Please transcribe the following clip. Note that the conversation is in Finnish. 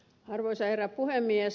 arvoisa herra puhemies